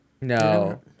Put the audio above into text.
No